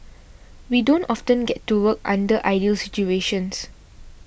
we don't often get to work under ideal situations